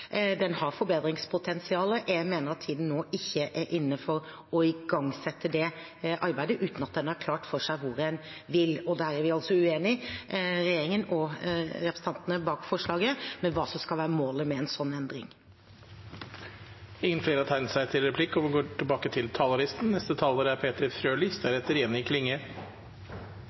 den har forbedringspotensial, men jeg mener at tiden nå ikke er inne for å sette i gang det arbeidet uten at en har klart for seg hvor en vil. Der er vi altså uenige, regjeringen og representantene bak forslaget, om hva som skal være målet med en slik endring. Replikkordskiftet er omme. De talere som heretter får ordet, har